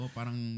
Parang